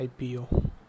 IPO